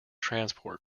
transport